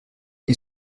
ils